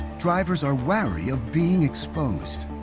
drivers are wary of being exposed.